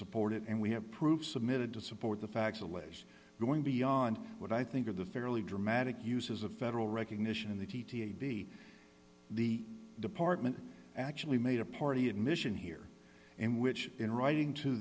support it and we have proof submitted to support the facts always going beyond what i think of the fairly dramatic uses of federal recognition of the t t a b the department actually made a party admission here in which in writing to